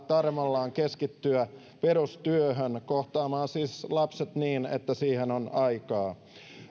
tarmollaan keskittyä perustyöhön siis kohtaamaan lapset niin että siihen on aikaa